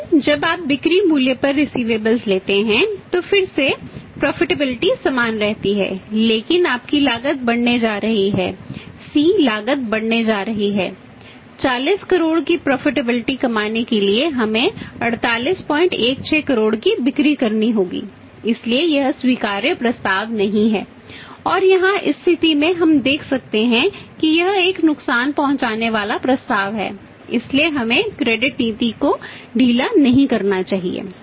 लेकिन जब आप बिक्री मूल्य पर रिसिवेबल्स नीति को ढीला नहीं करना चाहिए